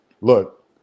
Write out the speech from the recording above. look